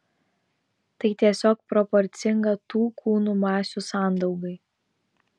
tai tiesiog proporcinga tų kūnų masių sandaugai